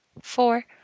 four